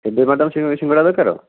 ଏବେ ମ୍ୟାଡ଼ାମ ସିଙ୍ଗଡ଼ା ଦରକାର